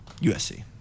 USC